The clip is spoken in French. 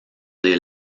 des